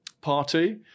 party